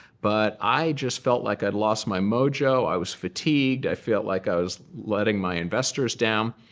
but i just felt like i'd lost my mojo. i was fatigued. i felt like i was letting my investors down.